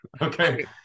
Okay